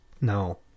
No